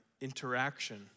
interaction